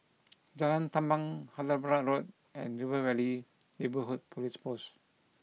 Jalan Tamban Hyderabad Road and River Valley Neighbourhood Police Post